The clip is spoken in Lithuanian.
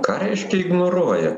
ką reiškia ignoruoja